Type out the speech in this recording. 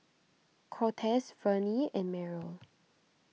Cortez Vennie and Meryl